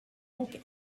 donc